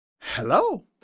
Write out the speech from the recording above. Hello